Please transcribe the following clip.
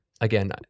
again